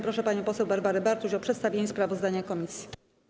Proszę panią poseł Barbarę Bartuś o przedstawienie sprawozdania komisji.